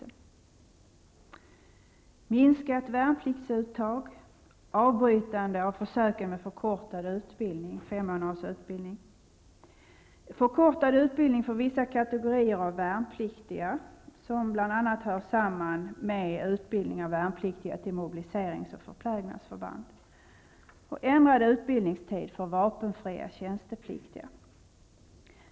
Det gäller minskat värnpliktsuttag, avbrytande av försöken med den förkortade femmånadersutbildningen, förkortad utbildning för vissa kategorier av värnpliktiga som bl.a. hör samman med utbildning av värnpliktiga till mobiliserings och förplägnadsförband samt ändrad utbildningstid för vapenfria tjänstepliktiga.